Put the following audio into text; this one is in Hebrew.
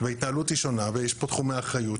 וההתנהלות היא שונה ויש פה תחומי אחריות,